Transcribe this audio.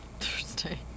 Thursday